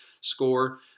score